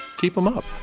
keep them up.